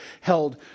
held